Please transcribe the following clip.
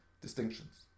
distinctions